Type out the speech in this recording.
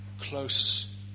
close